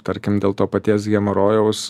arkim dėl to paties hemorojaus